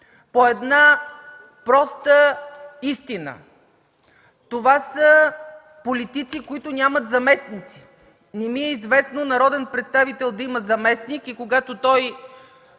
по една проста истина – това са политици, които нямат заместници. Не ми е известно народен представител да има заместник и когато той